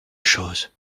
chose